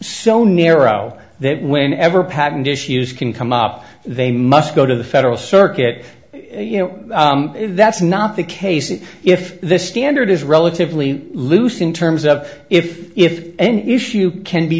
so narrow that when ever patent issues can come up they must go to the federal circuit you know if that's not the case and if this standard is relatively loose in terms of if if any issue can be